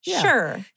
Sure